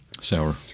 Sour